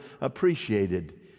appreciated